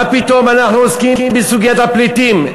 מה פתאום אנחנו עוסקים בסוגיית הפליטים?